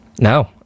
No